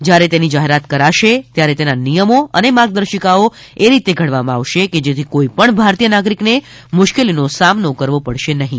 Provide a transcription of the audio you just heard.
જ્યારે તેની જાહેરાત કરાશે ત્યારે તેના નિયમો અને માર્ગદર્શિકાઓ એ રીતે ઘડવામાં આવશે કે જેથી કોઈપણ ભારતીય નાગરિકને મુશ્કેલીનો સામનો કરવો પડશે નહીં